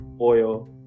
oil